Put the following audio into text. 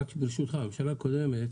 רק ברשותך, בממשלה הקודמת